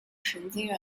神经元